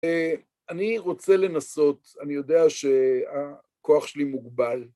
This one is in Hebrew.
אני רוצה לנסות, אני יודע שהכוח שלי מוגבל.